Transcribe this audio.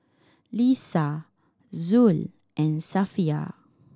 Lisa Zul and Safiya